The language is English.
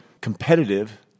competitive